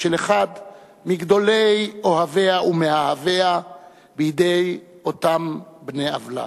של אחד מגדולי אוהביה ומאהביה בידי אותם בני עוולה.